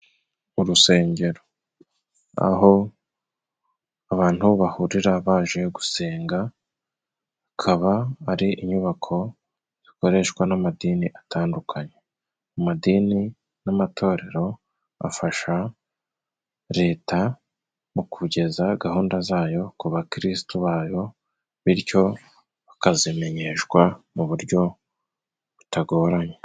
Urusengero aho abantu bahurira baje gusenga, akaba ari inyubako zikoreshwa n'amadini atandukanye. Mu madini n'amatorero bafasha Leta mu kugeza gahunda zayo ku bakristu bayo, bityo bakazimenyeshwa mu buryo butagoranye.